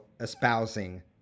espousing